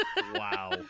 wow